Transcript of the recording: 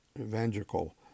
evangelical